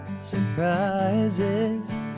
surprises